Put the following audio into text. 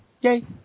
Yay